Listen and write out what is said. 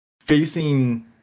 facing